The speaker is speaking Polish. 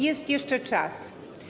Jest jeszcze czas.